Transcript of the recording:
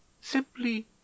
simply